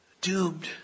Doomed